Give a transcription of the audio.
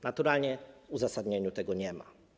Naturalnie w uzasadnieniu tego nie ma.